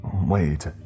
Wait